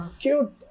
cute